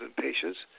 patients